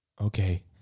Okay